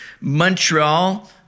Montreal